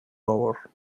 over